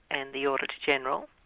and the auditor-general.